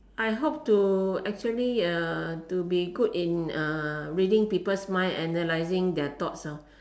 I hope to actually uh to be good in uh reading people's mind analysing their thoughts ah